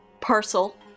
parcel